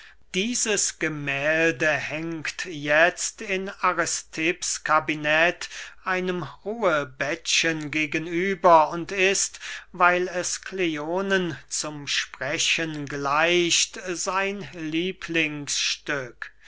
dieses gemählde hängt jetzt in aristipps kabinett einem ruhebettchen gegen über und ist weil es kleonen zum sprechen gleicht sein lieblingsstück